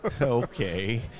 Okay